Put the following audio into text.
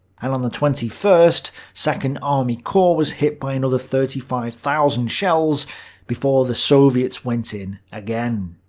and on the twenty first, second army corps was hit by another thirty five thousand shells before the soviets went in again.